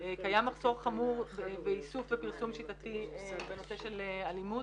קיים מחסור חמור באיסוף ופרסום שיטתי בנושא של אלימות,